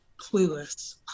clueless